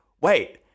wait